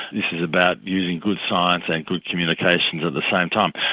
this is about using good science and good communications at the same time.